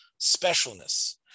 specialness